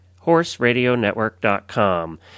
Horseradionetwork.com